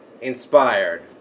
inspired